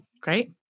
Great